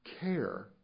care